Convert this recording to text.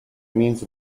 means